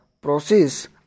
process